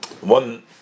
One